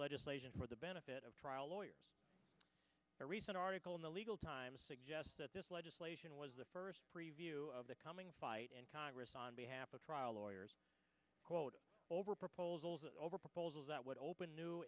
legislation for the benefit of trial lawyers a recent article in the legal times suggests that this legislation was the first preview of the coming fight in congress on behalf of trial lawyers quote over proposals over proposals that would open new